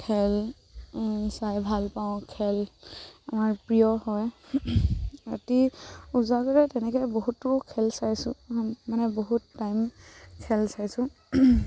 খেল চাই ভাল পাওঁ খেল আমাৰ প্ৰিয় হয় ৰাতি ওজাগৰে তেনেকে বহুতো খেল চাইছোঁ মানে বহুত টাইম খেল চাইছোঁ